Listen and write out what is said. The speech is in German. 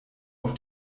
auf